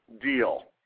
deal